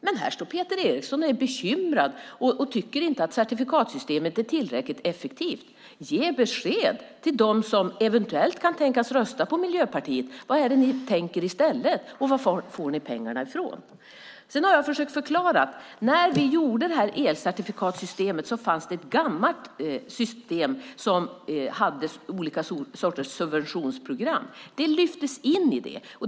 Men här står Peter Eriksson och är bekymrad och tycker inte att certifikatsystemet är tillräckligt effektivt. Ge besked till dem som eventuellt kan tänkas rösta på Miljöpartiet: Vad tänker ni tänker göra i stället, och var får ni pengarna ifrån? Jag ha försökt att förklara att när vi gjorde elcertifikatssystemet fanns det ett gammalt system som hade olika sorters subventionsprogram. Det lyftes in i detta.